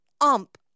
ump